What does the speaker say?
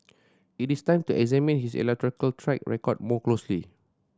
it is time to examine his electoral track record more closely